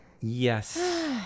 Yes